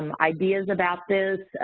um ideas about this?